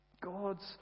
God's